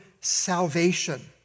salvation